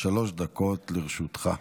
שלוש דקות לרשותך.